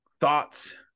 thoughts